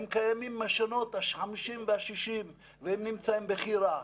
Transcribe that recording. הם קיימים משנות החמישים והשישים והם נמצאים בכי רע.